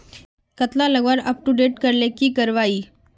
कतला लगवार अपटूडेट करले की करवा ई?